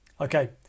Okay